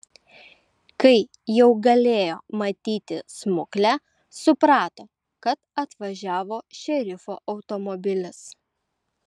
kai jau galėjo matyti smuklę suprato kad atvažiavo šerifo automobilis